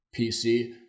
PC